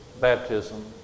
baptism